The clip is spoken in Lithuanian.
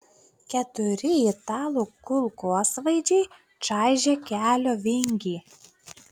keturi italų kulkosvaidžiai čaižė kelio vingį